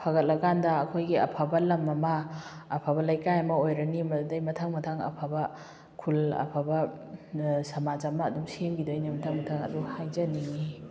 ꯐꯒꯠꯂ ꯀꯥꯟꯗ ꯑꯩꯈꯣꯏꯒꯤ ꯑꯐꯕ ꯂꯝ ꯑꯃ ꯑꯐꯕ ꯂꯩꯀꯥꯏ ꯑꯃ ꯑꯣꯏꯔꯅꯤ ꯃꯗꯨꯗꯩ ꯃꯊꯪ ꯃꯊꯪ ꯑꯐꯕ ꯈꯨꯜ ꯑꯐꯕ ꯁꯃꯥꯖ ꯑꯃ ꯑꯗꯨꯝ ꯁꯦꯝꯈꯤꯗꯣꯏꯅꯦ ꯃꯊꯪ ꯃꯊꯪ ꯑꯗꯨ ꯍꯥꯏꯖꯅꯤꯡꯉꯤ